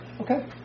Okay